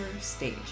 stage